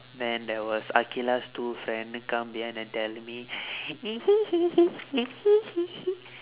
then there was aqilah's two friend come behind and tell me